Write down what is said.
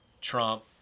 Trump